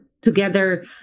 together